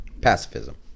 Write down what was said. Pacifism